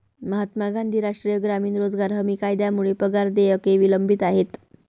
महात्मा गांधी राष्ट्रीय ग्रामीण रोजगार हमी कायद्यामुळे पगार देयके विलंबित आहेत